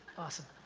awesome.